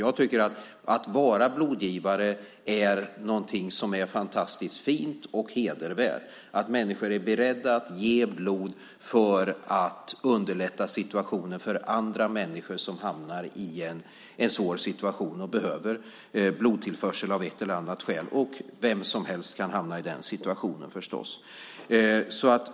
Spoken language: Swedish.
Jag tycker att det är fantastiskt fint och hedervärt att vara blodgivare, att människor är beredda att ge blod för att underlätta situationen för andra människor som hamnar i en svår situation och behöver blodtillförsel av ett eller annat skäl. Vem som helst kan hamna i den situationen förstås.